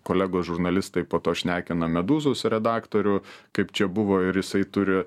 kolegos žurnalistai po to šnekina meduzos redaktorių kaip čia buvo ir jisai turi